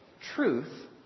truth